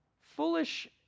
foolish